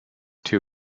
two